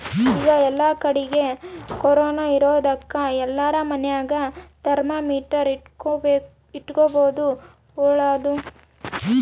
ಈಗ ಏಲ್ಲಕಡಿಗೆ ಕೊರೊನ ಇರೊದಕ ಎಲ್ಲಾರ ಮನೆಗ ಥರ್ಮಾಮೀಟರ್ ಇಟ್ಟುಕೊಂಬದು ಓಳ್ಳದು